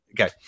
okay